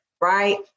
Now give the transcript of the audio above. right